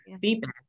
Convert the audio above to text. feedback